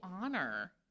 honor